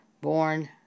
born